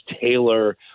Taylor